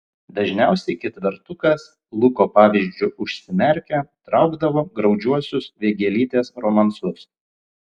dažniausiai ketvertukas luko pavyzdžiu užsimerkę traukdavo graudžiuosius vėgėlytės romansus